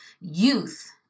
youth